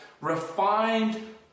Refined